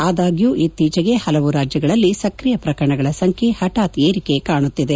ಆದಾಗ್ಕೂ ಇತ್ತೀಚೆಗೆ ಪಲವು ರಾಜ್ಯಗಳಲ್ಲಿ ಸ್ಕ್ರಿಯ ಪ್ರಕರಣಗಳ ಸಂಖ್ಯೆ ಪಠಾತ್ ಏರಿಕೆ ಕಾಣುತ್ತಿದೆ